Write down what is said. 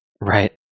Right